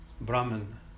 Brahman